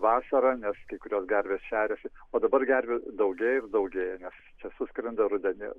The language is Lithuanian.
vasarą nes kai kurios gatvės šeriasi o dabar gervių daugėja ir daugėja nes čia suskrenda rudenį